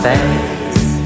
Face